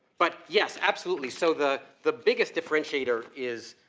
but, yes, absolutely. so, the, the biggest differentiator is,